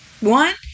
one